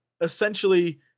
essentially